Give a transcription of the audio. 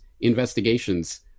investigations